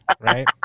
right